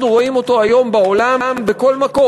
שאנחנו רואים היום בעולם בכל מקום.